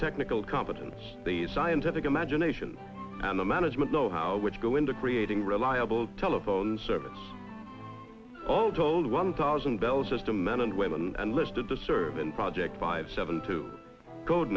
technical competence the scientific imagination and the management know how which go into creating reliable telephone service all told one thousand bell system men and women and listed the servant project five seven to